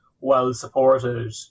well-supported